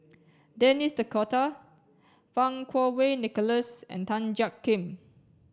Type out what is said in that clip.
Denis D'Cotta Fang Kuo Wei Nicholas and Tan Jiak Kim